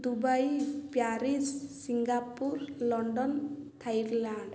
Dubai Paris Singapore London Thailand